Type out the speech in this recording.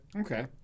Okay